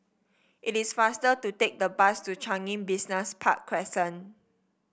it is faster to take the bus to Changi Business Park Crescent